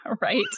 Right